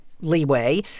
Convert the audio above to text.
leeway